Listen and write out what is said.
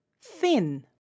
thin